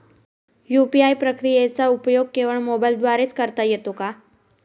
UPI प्रक्रियेचा उपयोग केवळ मोबाईलद्वारे च करता येतो का?